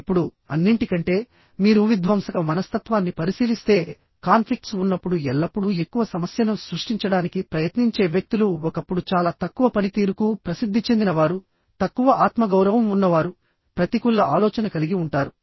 ఇప్పుడు అన్నింటికంటే మీరు విధ్వంసక మనస్తత్వాన్ని పరిశీలిస్తే కాన్ఫ్లిక్ట్స్ ఉన్నప్పుడు ఎల్లప్పుడూ ఎక్కువ సమస్యను సృష్టించడానికి ప్రయత్నించే వ్యక్తులు ఒకప్పుడు చాలా తక్కువ పనితీరుకు ప్రసిద్ధి చెందినవారు తక్కువ ఆత్మగౌరవం ఉన్నవారు ప్రతికూల ఆలోచన కలిగి ఉంటారు